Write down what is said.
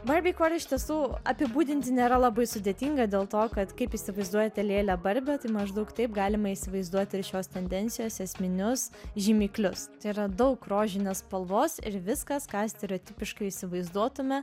berbie core iš tiesų apibūdinti nėra labai sudėtinga dėl to kad kaip įsivaizduojate lėlę barbę tai maždaug taip galima įsivaizduoti ir šios tendencijos esminius žymiklius yra daug rožinės spalvos ir viskas ką stereotipiškai įsivaizduotume